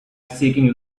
seeking